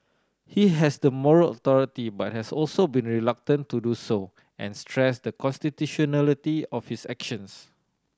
he has the moral authority but has also been reluctant to do so and stressed the constitutionality of his actions